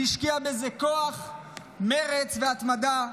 הוא השקיע בזה כוח, מרץ והתמדה,